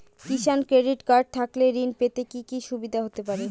কিষান credit card থাকলে ঋণ পেতে কি কি সুবিধা হতে পারে?